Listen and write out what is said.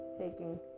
taking